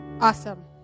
Awesome